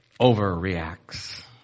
overreacts